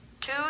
Two